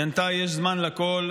היא ענתה: "יש זמן לכול.